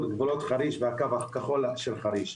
את גבולות חריש בקו הכחול של חריש.